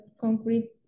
concrete